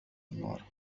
النار